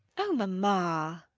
oh, mamma!